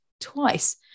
twice